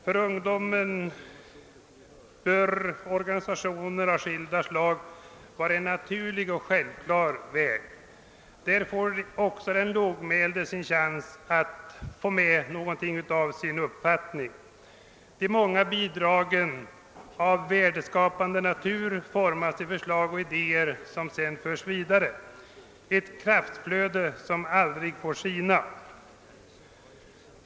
För ungdomen borde organisationer av olika slag vara en naturlig och självklar väg härför. Där får också den lågmälde sin chans att framföra sin uppfattning. De många bidragen av värdeskapande natur formas till förslag och idéer som sedan förs vidare. Detta är ett kraftflöde som aldrig får sina.